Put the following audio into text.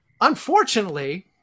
Unfortunately